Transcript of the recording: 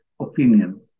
opinion